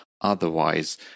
otherwise